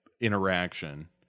interaction